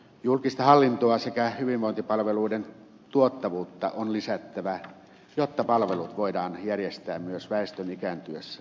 julkista hallintoa sekä hyvinvointipalveluiden tuottavuutta on lisättävä jotta palvelut voidaan järjestää myös väestön ikääntyessä